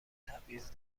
تبعیض